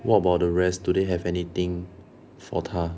what about the rest do they have anything for 她